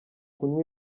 kunywa